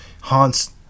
haunts